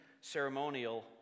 ceremonial